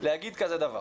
להגיד כזה דבר: